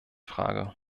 frage